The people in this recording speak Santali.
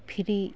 ᱯᱷᱤᱨᱤ